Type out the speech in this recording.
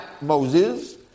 Moses